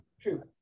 true